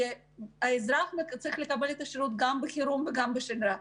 כי האזרח צריך לקבל את השירות גם בשגרה וגם בחירום.